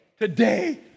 today